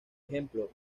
ejemplo